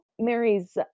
Mary's